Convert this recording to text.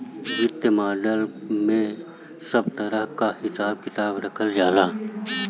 वित्तीय मॉडल में सब तरह कअ हिसाब किताब रखल जाला